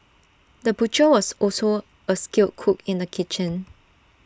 the butcher was also A skilled cook in the kitchen